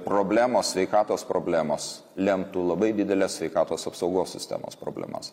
problemos sveikatos problemos lemtų labai dideles sveikatos apsaugos sistemos problemas